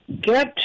get